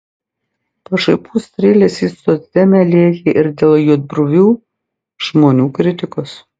pašaipų strėlės į socdemę lėkė ir dėl juodbruvių žmonių kritikos